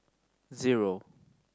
zero